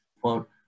quote